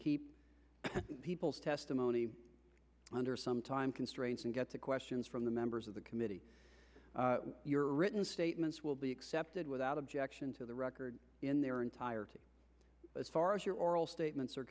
keep people's testimony under some time constraints and get the questions from the members of the committee your written statements will be accepted without objection to the record in their entirety as far as your oral statements are